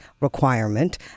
requirement